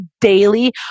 daily